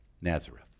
Nazareth